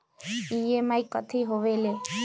EMI कथी होवेले?